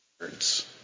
words